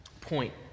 point